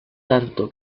tanto